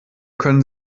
können